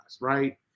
Right